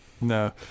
No